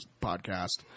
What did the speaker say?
podcast